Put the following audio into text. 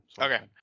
Okay